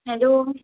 hello